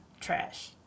Trash